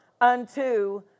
unto